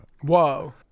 whoa